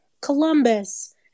Columbus